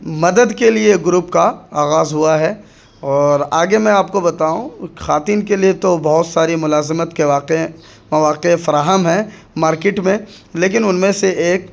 مدد کے لیے گروپ کا آغاز ہوا ہے اور آگے میں آپ کو بتاؤں خواتین کے لیے تو بہت ساری ملازمت کے واقع مواقع فراہم ہیں مارکیٹ میں لیکن ان میں سے ایک